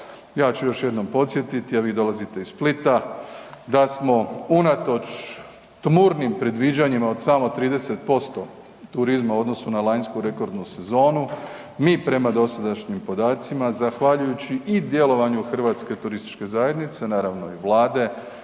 Ja ću još jednom podsjetiti, a vi dolazite iz Splita, da smo unatoč tmurnim predviđanjima od samo 30% turizma u odnosu na lanjsku rekordnu sezonu, mi prema dosadašnjim podacima, zahvaljujući i djelovanju HTZ-a, naravno i Vlade